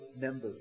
members